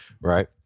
right